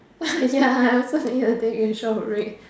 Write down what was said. ya I supposed to eat the thing in short break